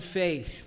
faith